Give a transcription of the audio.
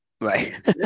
Right